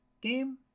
game